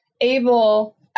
able